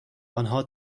آنها